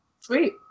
Sweet